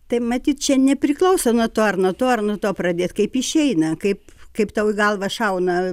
tai matyt čia nepriklauso nuo to ar nuo to ar nuo to pradėt kaip išeina kaip kaip tau į galvą šauna